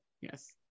Yes